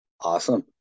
awesome